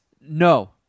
No